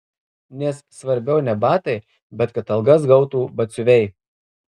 nes svarbiau ne batai bet kad algas gautų batsiuviai